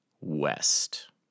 west